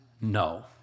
no